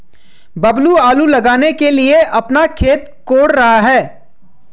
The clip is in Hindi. बबलू आलू लगाने के लिए अपना खेत कोड़ रहा है